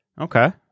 Okay